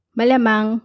Malamang